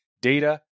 data